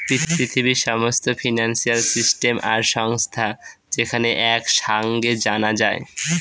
পৃথিবীর সমস্ত financial system আর সংস্থা যেখানে এক সাঙে জানা যায়